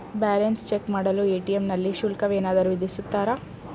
Balance check ಮಾಡಲು ATM ನಲ್ಲಿ ಶುಲ್ಕವೇನಾದರೂ ವಿಧಿಸುತ್ತಾರಾ?